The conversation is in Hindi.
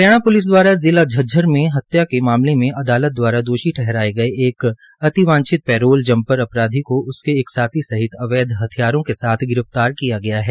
हरियाणा प्लिस द्वारा झज्जर में हत्या के मामले में अदालत द्वारा दोषी ठहराये गये अति वांछित पैरोल जम्पर अपराधी को उसके साथी सहित अवैध हथियारों के साथ गिरफ्तार किया गया है